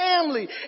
family